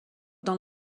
dans